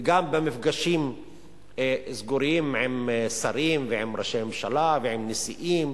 וגם במפגשים סגורים עם שרים ועם ראשי ממשלה ועם נשיאים